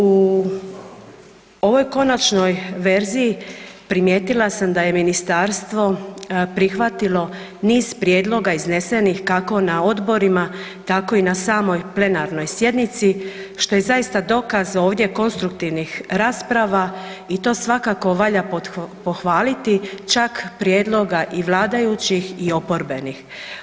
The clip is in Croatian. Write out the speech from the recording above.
U ovoj konačnoj verziji primijetila sam da je Ministarstvo prihvatilo niz prijedloga iznesenih kako na odborima, tako i na samoj plenarnoj sjednici što je zaista dokaz ovdje konstruktivnih rasprava i to svakako valja pohvaliti čak prijedloga i vladajući i oporbenih.